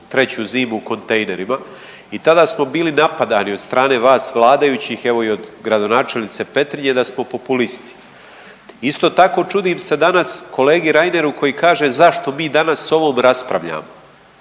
su 3. zimu u kontejnerima i tada smo bili napadani od strane vas vladajućih, evo i od gradonačelnice Petrinje, da smo populisti. Isto tako, čudim se danas kolegi Reineru koji kaže, zašto mi danas o ovom raspravljamo.